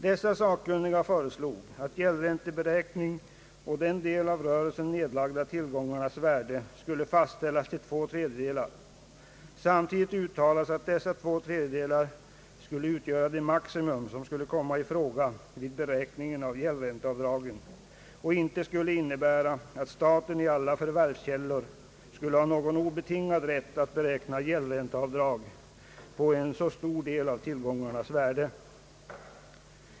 De föreslog att gäldränteberäkning å den delen av de i rörelsen nedlagda tillgångarnas värde skulle fastställas till två tredjedelar Samtidigt uttalades att dessa två tredjedelar skulle utgöra det maximum som kunde komma i fråga vid beräkningen av gäldränteavdraget och inte innebära att staten i alla förvärvskällor skulle ha någon obetingad rätt att beräkna gäldränteavdrag på en så stor del av tillgångarnas värde.